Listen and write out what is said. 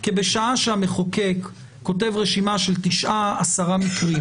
כי בשעה שהמחוקק כותב רשימה של תשעה-עשרה מקרים